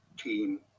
team